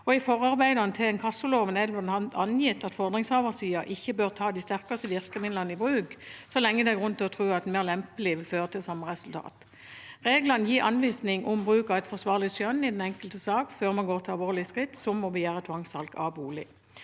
I forarbeidene til inkassoloven er det bl.a. angitt at «fordringshaversiden ikke bør ta de sterkeste virkemidler i bruk så lenge det er grunn til å tro at de mer lempelige vil føre til samme resultat.» Reglene gir anvisning om bruk av et forsvarlig skjønn i den enkelte sak før man går til alvorlige skritt, som å begjære tvangssalg av bolig.